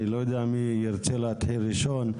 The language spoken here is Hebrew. אני לא יודע מי ירצה להתחיל ראשון.